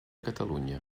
catalunya